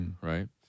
Right